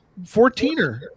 Fourteener